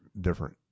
different